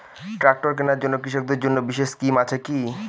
Tractor কেনার জন্য কৃষকদের জন্য বিশেষ স্কিম আছে কি?